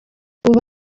ubu